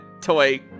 toy